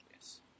Yes